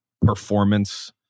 performance